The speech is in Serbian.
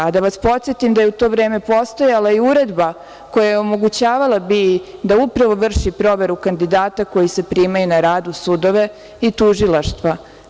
Da vas podsetim da je u to vreme postojala i uredba koja je omogućavala BIA-i da upravo vrši proveru kandidata koji se primaju na rad u sudove i tužilaštva.